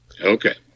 Okay